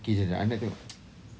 okay jap jap I nak tengok